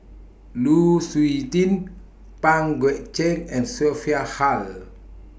Lu Suitin Pang Guek Cheng and Sophia Hull